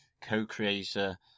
co-creator